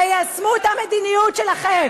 תיישמו את המדיניות שלכם.